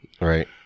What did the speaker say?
right